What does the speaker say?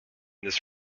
this